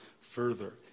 further